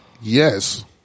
Yes